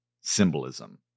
symbolism